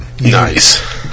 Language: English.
Nice